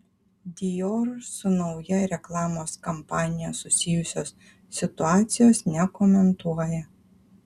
dior su nauja reklamos kampanija susijusios situacijos nekomentuoja